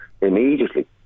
immediately